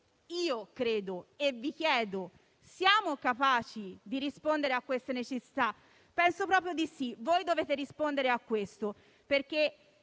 nel 2021. Vi chiedo: siamo capaci di rispondere a queste necessità? Io penso proprio di sì. Voi dovete rispondere a questo, perché